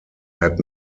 had